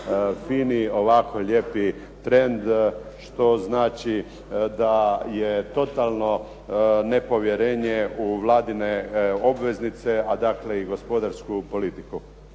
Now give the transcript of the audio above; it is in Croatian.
fini ovako lijepi trend što znači da je totalno nepovjerenje u Vladine obveznice, a dakle i gospodarsku politiku.